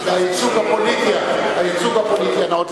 הייצוג הפוליטי הנאות.